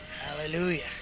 Hallelujah